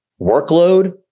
workload